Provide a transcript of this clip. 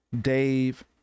Dave